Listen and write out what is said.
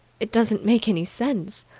it doesn't make any sense.